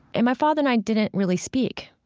and my father and i didn't really speak.